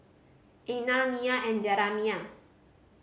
Einar Nia and Jeramiah